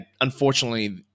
Unfortunately